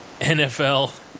NFL –